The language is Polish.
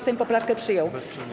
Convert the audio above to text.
Sejm poprawkę przyjął.